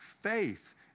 Faith